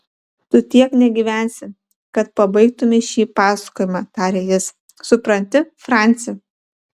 tu tiek negyvensi kad pabaigtumei šį pasakojimą tarė jis supranti franci